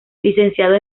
licenciado